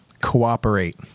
cooperate